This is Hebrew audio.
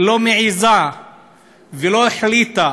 לא מעזה ולא החליטה